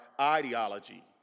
ideology